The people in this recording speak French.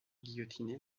guillotiné